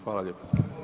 Hvala lijepa.